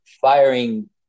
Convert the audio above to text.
firing